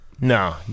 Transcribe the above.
No